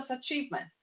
achievement